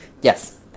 Yes